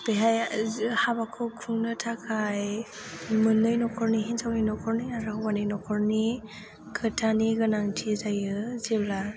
बेहाय हाबाखौ खुंनो थाखाय मोननै न'खरनि हिनजावनि न'खरनि आरो हौवानि न'खरनि खोथानि गोनांथि जायो जेब्ला